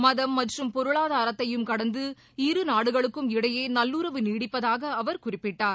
மதம் மற்றும் பொருளாதாரத்தையும் கடந்து இரு நாடுகளுக்கும் இடையே நல்லுறவு நீடிப்பதாக அவர் குறிப்பிட்டார்